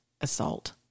assault